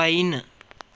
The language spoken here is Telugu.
పైన్